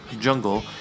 Jungle